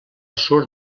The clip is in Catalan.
sud